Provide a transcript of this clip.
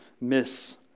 miss